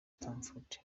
stamford